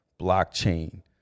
blockchain